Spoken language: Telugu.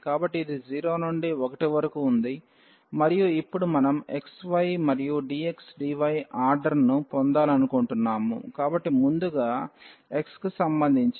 కాబట్టి ఇది 0 నుండి 1 వరకు ఉంది మరియు ఇప్పుడు మనం xy మరియు dx dy ఆర్డర్ ను పొందాలనుకుంటున్నాము కాబట్టి ముందుగా x కి సంబంధించి